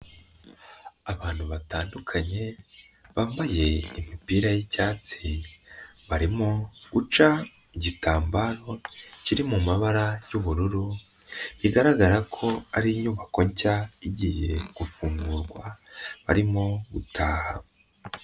Abantu batandukanye bambaye imipira y'icyatsi, barimo guca igitambaro kiri mu mabara y'ubururu, bigaragara ko ari inyubako nshya igiye gufungurwa barimo gutaha.